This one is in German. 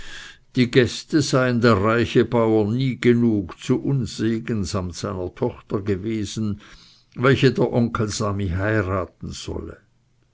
die gäste seien der reiche bauer niegenug zu unsegen samt seiner tochter gewesen welche der onkel sami heiraten solle